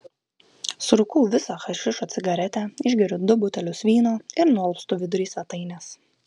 surūkau visą hašišo cigaretę išgeriu du butelius vyno ir nualpstu vidury svetainės